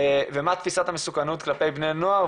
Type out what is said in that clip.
ומה תפיסת המסוכנות כלפי בני נוער,